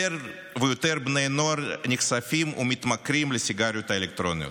יותר בני נוער נחשפים ומתמכרים לסיגריות האלקטרוניות.